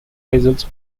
isles